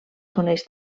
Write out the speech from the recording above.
coneix